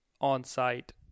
on-site